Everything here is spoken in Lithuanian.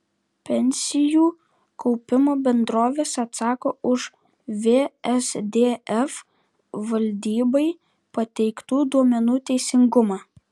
pensijų kaupimo bendrovės atsako už vsdf valdybai pateiktų duomenų teisingumą